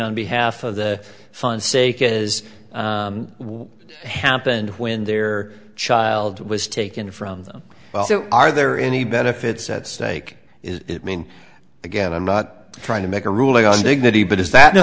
on behalf of the fun sake is what happened when their child was taken from them so are there any benefits at stake is it mean again i'm not trying to make a ruling on dignity but is that